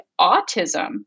autism